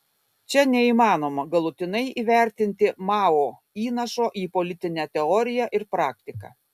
čia neįmanoma galutinai įvertinti mao įnašo į politinę teoriją ir praktiką